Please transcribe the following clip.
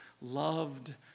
loved